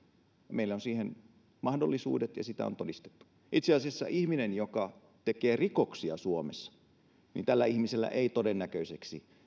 meillä on siihen mahdollisuudet ja sitä on todistettu itse asiassa ihmisellä joka tekee rikoksia suomessa ei todennäköisesti